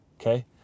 Okay